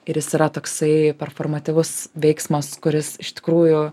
ir jis yra toksai performatyvus veiksmas kuris iš tikrųjų